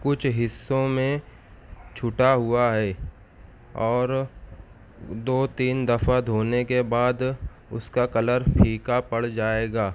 کچھ حصوں میں چھٹا ہوا ہے اور دو تین دفع دھونے کے بعد اس کا کلر پھیکا پڑ جائے گا